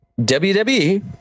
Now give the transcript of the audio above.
WWE